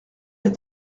est